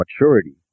maturity